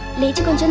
need to go